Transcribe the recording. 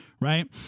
right